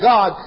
God